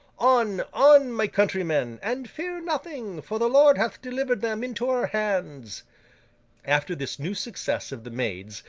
on, on, my countrymen! and fear nothing, for the lord hath delivered them into our hands after this new success of the maid's,